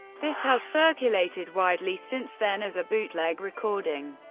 this has circulated widely since then as a bootleg recording.